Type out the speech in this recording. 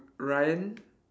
ryan